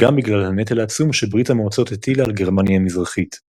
וגם בגלל הנטל העצום שברית המועצות הטילה על גרמניה המזרחית;